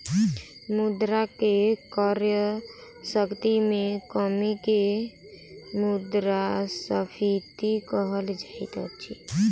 मुद्रा के क्रय शक्ति में कमी के मुद्रास्फीति कहल जाइत अछि